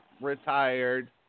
retired